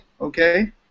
okay